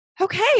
Okay